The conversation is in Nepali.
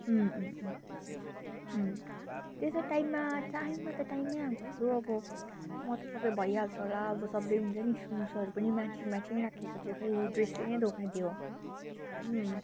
अँ अँ अँ अँ त्यसै टाइममा टाइममा त टाइममै आएको थियो अब म त सबै भइहाल्छ होला अब सबै हुन्छ नि सुजहरू पनि म्याचिङ म्याचिङ राखेको थिएँ खोइ ड्रेसले नै धोका दियो अँ